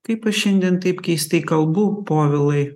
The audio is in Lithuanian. kaip šiandien taip keistai kalbu povilai